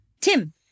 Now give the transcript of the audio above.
Tim